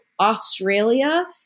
Australia